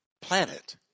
planet